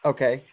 Okay